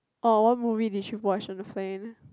oh what movie did you watch on the plane